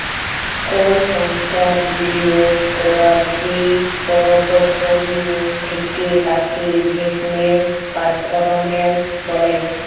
call সংস্থার বিলিয়গ ক্যরার যে পরটফলিও থ্যাকে তাকে ইলভেস্টমেল্ট পারফরম্যালস ব্যলে